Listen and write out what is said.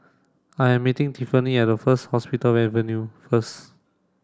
I am meeting Tiffany at First Hospital Avenue first